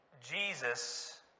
Jesus